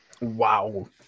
Wow